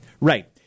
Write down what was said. Right